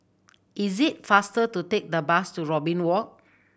is it faster to take the bus to Robin Walk